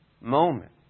moment